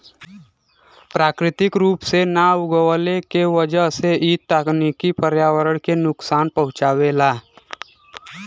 प्राकृतिक रूप से ना उगवले के वजह से इ तकनीकी पर्यावरण के नुकसान पहुँचावेला